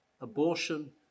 abortion